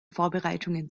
vorbereitungen